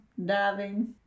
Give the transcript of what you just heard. diving